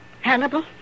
Hannibal